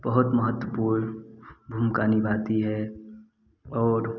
बहुत महत्वपूर्ण भूमिका निभाती है और